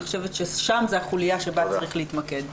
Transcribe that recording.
אני חושבת ששם זו החוליה שבה צריך להתמקד.